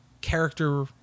character